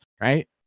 right